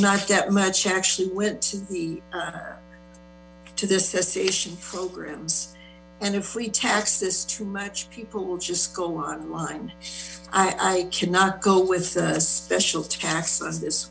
not that much actually went to the to the cessation programs and if we taxes too much people will just go online i cannot go with a special tax on this